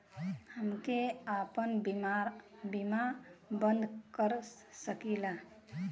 हमके आपन बीमा बन्द कर सकीला?